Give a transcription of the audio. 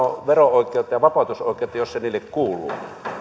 vero oikeutta ja vapautusoikeutta jos se niille kuuluu